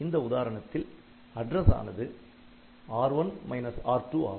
இந்த உதாரணத்தில் அட்ரஸ் ஆனது R1 R2 ஆகும்